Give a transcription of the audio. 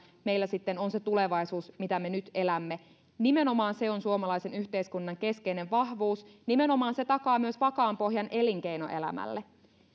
meillä sitten on se tulevaisuus mitä me nyt elämme nimenomaan se on suomalaisen yhteiskunnan keskeinen vahvuus nimenomaan se takaa myös vakaan pohjan elinkeinoelämälle